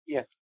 Yes